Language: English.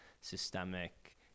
systemic